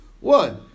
one